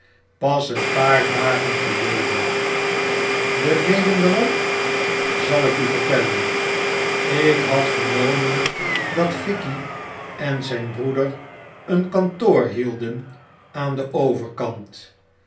pas een paar dagen geleden de reden waarom zal ik u vertellen ik had vernomen dat fikey en zyn broeder een kantoor hielden aan den overkant